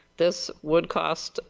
this would cost,